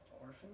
Orphan